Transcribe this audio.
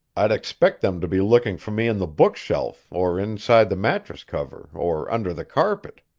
i'd expect them to be looking for me in the book-shelf, or inside the mattress-cover, or under the carpet.